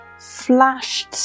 flashed